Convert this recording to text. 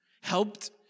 helped